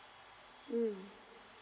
mm